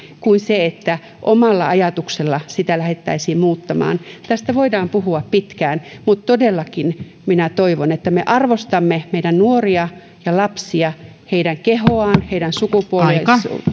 kuin se että omalla ajatuksella sitä lähdettäisiin muuttamaan tästä voidaan puhua pitkään mutta todellakin minä toivon että me arvostamme meidän nuoria ja lapsia heidän kehoaan heidän